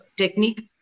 technique